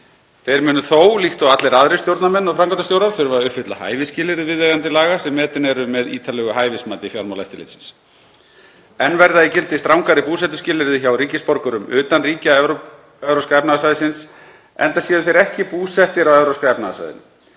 Þeir munu þó, líkt og allir aðrir stjórnarmenn og framkvæmdastjórar, þurfa að uppfylla hæfisskilyrði viðeigandi laga sem metin eru með ítarlegu hæfismati fjármálaeftirlitsins. Enn verða í gildi strangari búsetuskilyrði hjá ríkisborgurum utan ríkja Evrópska efnahagssvæðisins, enda séu þeir ekki búsettir á Evrópska efnahagssvæðinu.